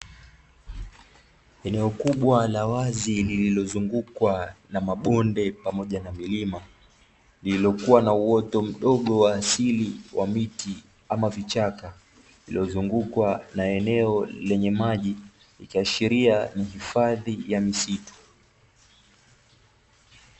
Eneo kubwa la wazi lililozungukwa na mabonde pamoja na milima, lililokuwa na uoto mdogo wa asili wa miti ama vichaka, iliyozungukwa na eneo lenye maji ikiashiria ni hifadhi ya misitu.